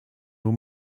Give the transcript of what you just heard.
nur